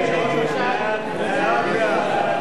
ההצעה להעביר את